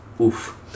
oof